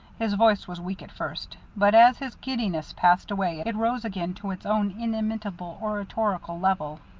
his voice was weak at first, but as his giddiness passed away it arose again to its own inimitable oratorical level.